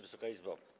Wysoka Izbo!